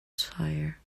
tyre